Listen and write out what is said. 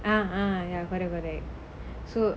ah ya whatever that so